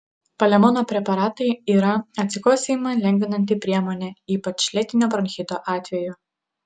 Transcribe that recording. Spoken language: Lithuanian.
palemono preparatai yra atsikosėjimą lengvinanti priemonė ypač lėtinio bronchito atveju